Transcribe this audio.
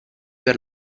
per